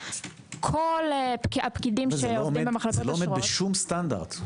כל הפקידים- -- זה לא עומד בשום סטנדרט.